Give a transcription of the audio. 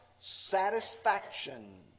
satisfaction